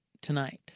tonight